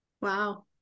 Wow